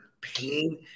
pain